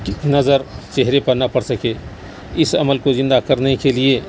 نظر چہرے پر نہ پڑ سکے اس عمل کو زندہ کرنے کے لیے